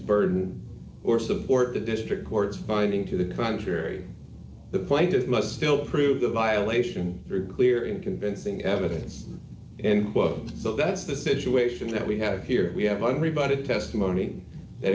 burden or support the district court's finding to the contrary the plaintiff must still prove the violation very clear in convincing evidence and so that's the situation that we have here we have been rebutted testimony that